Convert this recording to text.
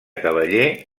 cavaller